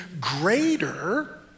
greater